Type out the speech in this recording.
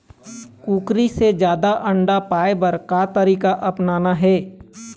कुकरी से जादा अंडा पाय बर का तरीका अपनाना ये?